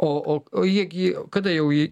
o o jie gi kada jau ji